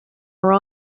are